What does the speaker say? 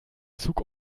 zug